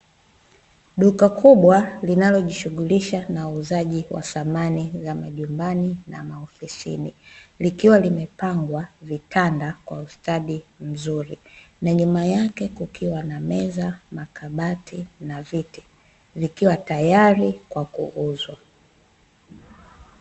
Duka kubwa linalojishughulisha na uuzaji wa samani za majumbani na maofisini, likiwa limepangwa vitanda kwa ustadi mzuri. Na nyuma yake kukiwa na meza, makabati na viti vikiwa tayari kwa kuuzwa.